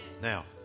Now